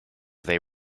they